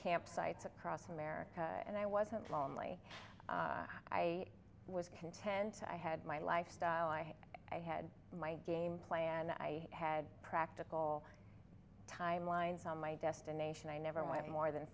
campsites across america and i wasn't lonely i was content i had my lifestyle i had my game plan i had practical timelines on my destination i never went more than